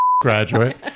Graduate